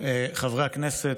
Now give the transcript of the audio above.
חברי הכנסת,